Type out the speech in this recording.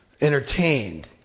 entertained